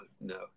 no